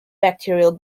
bacterial